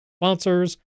sponsors